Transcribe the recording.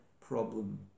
problem